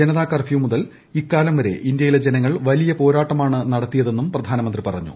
Janata curfew മുതൽ ഇക്കാലം വരെ ഇന്ത്യയിലെ ജനങ്ങൾ വലിയ പോരാട്ടമാണ് നടത്തിയതെന്ന് പ്രധാനമന്ത്രി പറഞ്ഞു